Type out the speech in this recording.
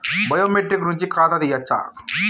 Biometric నుంచి ఖాతా తీయచ్చా?